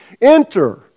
enter